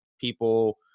people